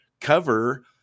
cover